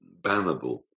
bannable